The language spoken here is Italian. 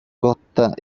cotta